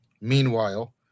Meanwhile